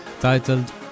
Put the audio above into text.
titled